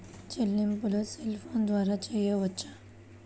చెల్లింపులు cell phone ద్వారా చేయవచ్చా?